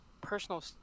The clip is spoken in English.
personal